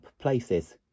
places